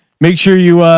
makes sure you, ah,